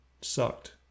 sucked